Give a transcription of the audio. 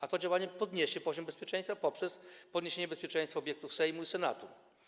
A to działanie podniesie poziom bezpieczeństwa poprzez podniesienie bezpieczeństwa obiektów Sejmu i Senatu.